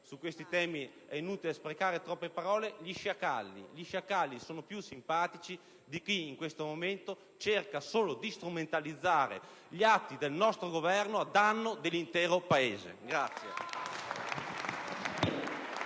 su questi temi è inutile sprecare troppe parole, che gli sciacalli siano più simpatici di chi, in questo momento, cerca solo di strumentalizzare gli atti del nostro Governo a danno dell'intero Paese.